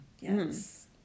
Yes